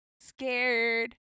scared